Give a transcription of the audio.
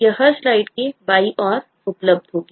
यह हर स्लाइड के बाईं ओर उपलब्ध होगी